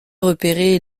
repéré